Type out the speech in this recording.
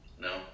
no